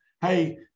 Hey